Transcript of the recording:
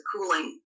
cooling